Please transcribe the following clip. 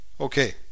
Okay